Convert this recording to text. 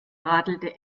radelte